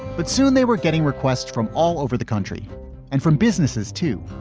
but soon they were getting requests from all over the country and from businesses, too.